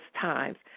times